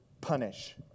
punish